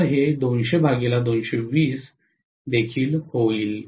तर हे देखील होईल